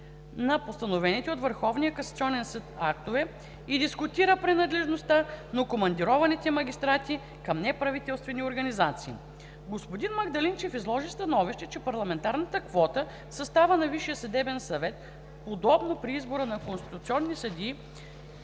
касационен съд актове и дискутира принадлежността на командированите магистрати към неправителствени организации. Господин Магдалинчев изложи становище, че парламентарната квота в състава на Висшия съдебен съвет, подобно при избора на конституционни съдии,